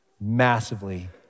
massively